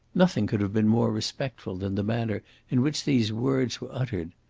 nothing could have been more respectful than the manner in which these words were uttered.